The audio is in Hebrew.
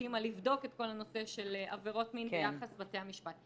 הקימה לבדוק את כל הנושא של עבירות מין ויחס בתי המשפט.